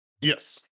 Yes